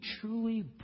truly